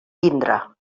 vindre